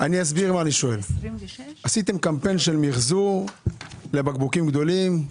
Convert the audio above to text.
עשיתם קמפיין של מחזור לבקבוקים גדולים.